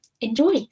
Enjoy